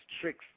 tricks